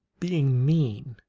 being mean,